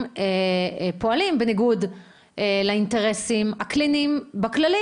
פועלים בניגוד לאינטרסים הקליניים בכללי.